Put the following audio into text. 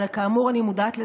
אבל כאמור אני מודעת לזה.